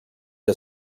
del